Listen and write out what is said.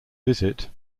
visit